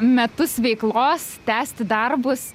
metus veiklos tęsti darbus